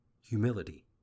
humility